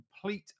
complete